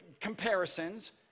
comparisons